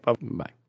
bye